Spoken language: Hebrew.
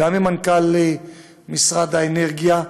וגם עם מנכ"ל משרד האנרגיה,